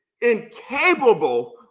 incapable